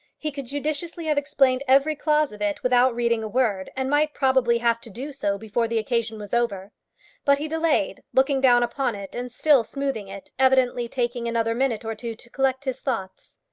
he could judiciously have explained every clause of it without reading a word, and might probably have to do so before the occasion was over but he delayed, looking down upon it and still smoothing it, evidently taking another minute or two to collect his thoughts.